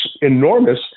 enormous